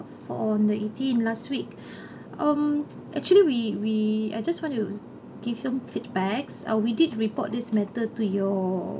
for on the eighteen last week mm actually we we I just want to give some feedbacks uh we did report this matter to your